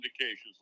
indications